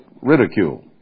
ridicule